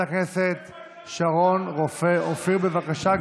אומרים שפצוע קשה,